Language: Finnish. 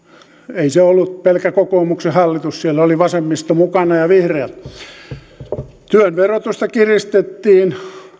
ei se ollut pelkkä kokoomuksen hallitus siellä oli vasemmisto mukana ja vihreät työn verotusta kiristettiin